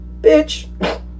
bitch